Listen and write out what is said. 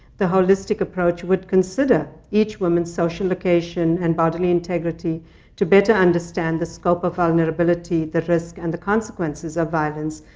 the holistic approach would consider each woman's social occasion and bodily integrity to better understand the scope of vulnerability, the risk, and the consequences of violence,